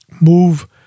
move